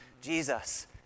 Jesus